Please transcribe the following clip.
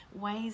Ways